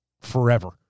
forever